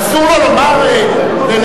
אסור לו לומר ולהטיח